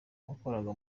wakoraga